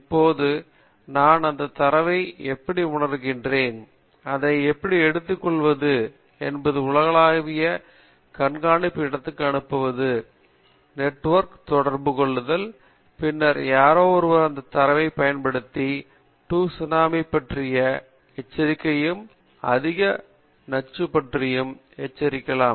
இப்போது நான் அந்த தரவை எப்படி உணர்கிறேன் அதை எப்படி எடுத்துக்கொள்வது மற்றும் அதை உலகளாவிய கண்காணிப்பு இடத்திற்கு அனுப்புவது நெட்வொர்க் தொடர்பு கொள்ளுதல் பின்னர் யாரோ ஒருவர் அந்த தரவைப் பயன்படுத்தி சுனாமி பற்றி எச்சரிக்கலாம் அதிக நச்சு பற்றி எச்சரிக்கலாம்